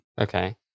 Okay